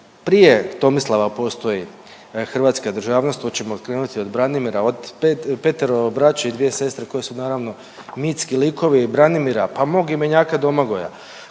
prije Tomislava postoji hrvatska državnost hoćemo krenuti od Branimira od petero braće i dvije sestre koje su naravno mitski likovi i Branimira, pa mog imenjaka Domagoja